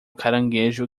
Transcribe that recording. caranguejo